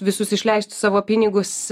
visus išleistus savo pinigus